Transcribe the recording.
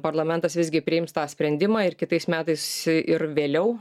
parlamentas visgi priims tą sprendimą ir kitais metais ir vėliau